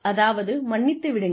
அதாவது மன்னித்து விடுங்கள்